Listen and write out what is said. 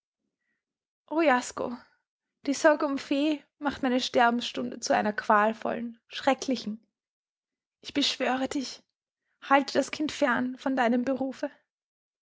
o jasko die sorge um fee macht meine sterbestunde zu einer qualvollen schrecklichen ich beschwöre dich halte das kind fern von deinem berufe